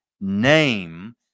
name